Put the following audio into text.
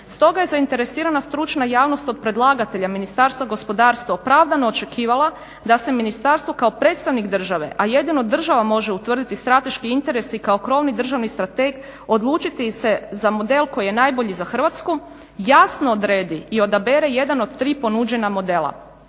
Stoga je zainteresiranost stručna javnost od predlagatelja Ministarstva gospodarstva očekivala opravdano da se ministarstvo kao predstavnik države, a jedino država može utvrditi strateški interes i kao krovni državni strateg odlučiti se za model koji je najbolji za Hrvatsku, jasno odredi i odabere jedan od tri ponuđena modela.